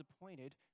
appointed